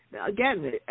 again